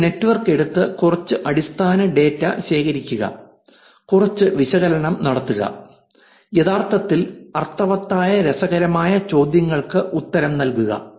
ഒരു നെറ്റ്വർക്ക് എടുത്ത് കുറച്ച് അടിസ്ഥാന ഡാറ്റ ശേഖരിക്കുക കുറച്ച് വിശകലനം നടത്തുക യഥാർത്ഥത്തിൽ അർത്ഥവത്തായ രസകരമായ ചോദ്യങ്ങൾക്ക് ഉത്തരം നൽകുക